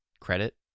credit